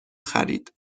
خرید